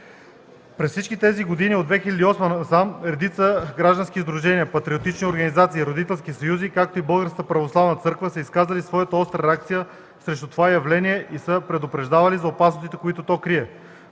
През всички тези години от 2008 насам редица граждански сдружения, патриотични организации, родителски съюзи, както и Българската православна църква са изказвали своята остра реакция срещу това явление и са предупреждавали за опасностите, които крие.